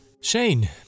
Shane